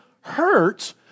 hurts